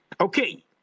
okay